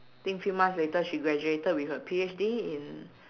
think few months later she graduated with her P_H_D in